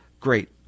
Great